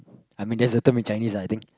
I mean that's a term in Chinese ah I think